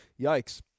yikes